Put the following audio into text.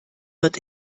wird